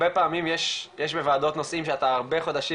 הרבה פעמים יש בוועדות נושאים שאתה הרבה חודשים